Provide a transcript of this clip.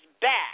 back